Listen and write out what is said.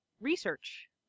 Research